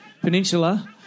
Peninsula